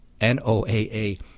NOAA